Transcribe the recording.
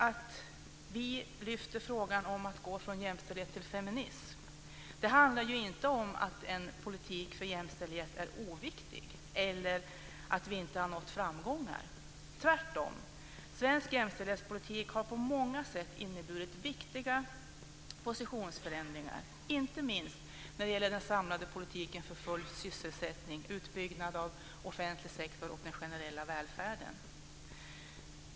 Att vi betonar frågan om att gå från jämställdhet till feminism handlar inte om att en politik för jämställdhet är oviktig eller att vi inte har nått framgångar. Tvärtom. Svensk jämställdhetspolitik har på många sätt inneburit viktiga positionsförändringar, inte minst när det gäller den samlade politiken för full sysselsättning, utbyggnaden av offentlig sektor och den generella välfärden.